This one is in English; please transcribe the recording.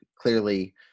clearly